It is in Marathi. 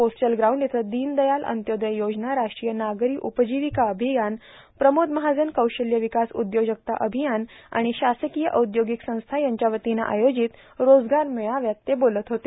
पोस्टल ग्राऊंड इथं दोनदयाल अंत्योदय योजना राष्ट्रीय नागरी उपर्जिावका र्आभयान प्रमोद महाजन कौशल्य विकास उदयोजकता र्आभयान र्आण शासकांय औदर्योगिक संस्था यांच्या वतीने आयोजित रोजगार मेळाव्यात ते बोलत होते